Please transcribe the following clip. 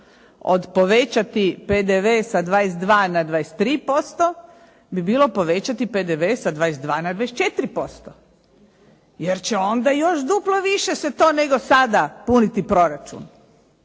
od povećati PDV sa 22 na 23% bi bilo povećati PDV sa 22 na 24%, jer će onda još duplo više se to nego sada puniti proračun.